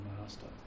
master